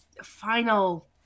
Final